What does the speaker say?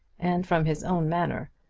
and from his own manner.